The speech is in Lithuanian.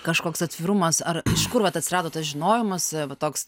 kažkoks atvirumas ar iš kur vat atsirado tas žinojimas toks